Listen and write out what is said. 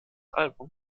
album